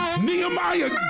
Nehemiah